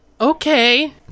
Okay